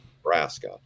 nebraska